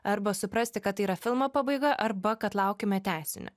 arba suprasti kad tai yra filmo pabaiga arba kad laukime tęsinio